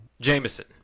Jameson